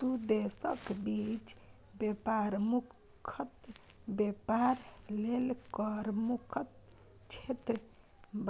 दू देशक बीच बेपार मुक्त बेपार लेल कर मुक्त क्षेत्र